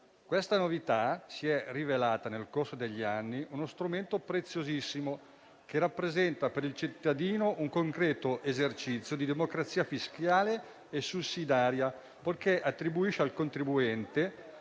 Questa novità si è rivelata, nel corso degli anni, uno strumento preziosissimo, che rappresenta per il cittadino un concreto esercizio di democrazia fiscale e sussidiaria, poiché attribuisce al contribuente